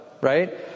right